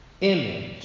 image